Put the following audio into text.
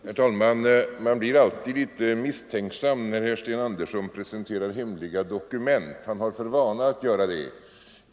Herr talman! Man blir alltid litet misstänksam när herr Sten Andersson i Stockholm presenterar hemliga dokument. Han har för vana att göra det.